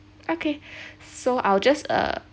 okay so I will just uh